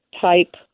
type